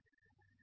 Student